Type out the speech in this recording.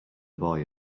boy